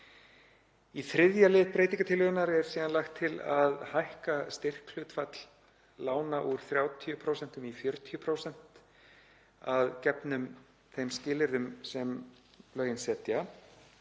Í 3. lið breytingartillögunnar er síðan lagt til að hækka styrkhlutfall lána úr 30% í 40% að gefnum þeim skilyrðum sem lögin setja.